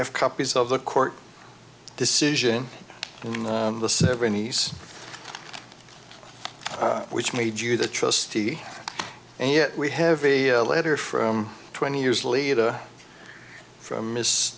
have copies of the court decision in the seventies which made you the trustee and yet we have a letter from twenty years leader from his